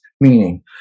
meaning